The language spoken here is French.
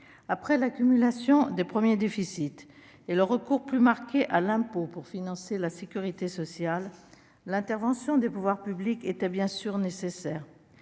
Après l'accumulation des premiers déficits et le recours plus marqué à l'impôt pour financer la sécurité sociale, l'intervention des pouvoirs publics était bien sûr nécessaire,